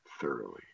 thoroughly